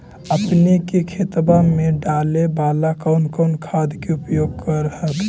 अपने के खेतबा मे डाले बाला कौन कौन खाद के उपयोग कर हखिन?